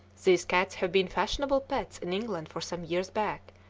these cats have been fashionable pets in england for some years back,